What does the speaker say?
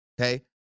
okay